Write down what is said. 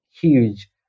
huge